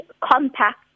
compact